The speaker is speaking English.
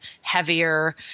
heavier